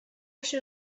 się